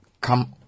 come